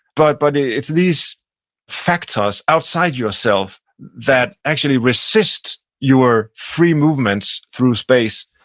but but, it's these factors outside yourself that actually resist your free movement through space,